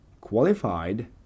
Qualified